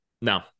No